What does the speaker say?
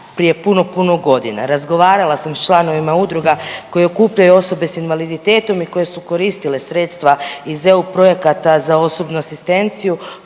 prije puno, puno godina. Razgovarala sam s članovima udruga koji okupljaju osobe s invaliditetom i koje su koristile sredstva iz EU projekata za osobnu asistenciju,